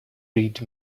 read